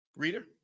Reader